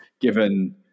given